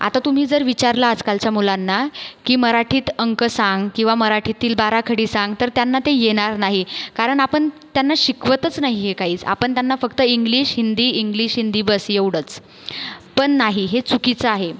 आता तुम्ही जर विचारला आजकालच्या मुलांना की मराठीत अंक सांग किंवा मराठीतील बाराखडी सांग तर त्यांना ते येणार नाही कारण आपण त्यांना शिकवतच नाही आहे हे काहीच आपण त्यांना फक्त इंग्लिश हिंदी इंग्लिश हिंदी बस्स एवढंच पण नाही हे चुकीचं आहे